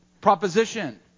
proposition